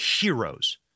heroes